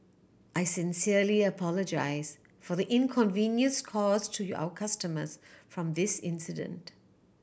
I sincerely apologise for the inconvenience cause to your our customers from this incident